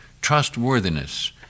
trustworthiness